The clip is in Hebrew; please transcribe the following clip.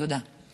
תודה.